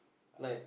like